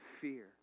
fear